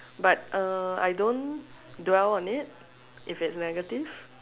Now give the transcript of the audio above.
but uh I don't dwell on it if it's negative